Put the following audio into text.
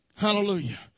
Hallelujah